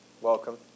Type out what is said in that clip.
Welcome